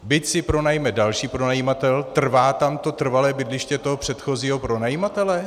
Byt si pronajme další pronajímatel (?), trvá tam to trvalé bydliště toho předchozího pronajímatele (?)?